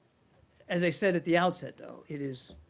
as i said at the outset, though, it is